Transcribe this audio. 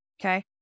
Okay